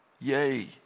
Yay